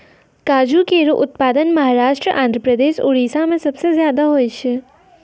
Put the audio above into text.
काजू केरो उत्पादन महाराष्ट्र, आंध्रप्रदेश, उड़ीसा में सबसे जादा होय छै